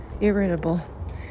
irritable